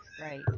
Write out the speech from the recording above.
right